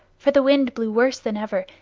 for the wind blew worse than ever,